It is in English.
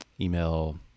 email